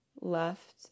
left